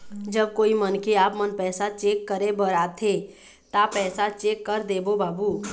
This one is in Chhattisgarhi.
जब कोई मनखे आपमन पैसा चेक करे बर आथे ता पैसा चेक कर देबो बाबू?